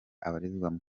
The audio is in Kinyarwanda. abarizwamo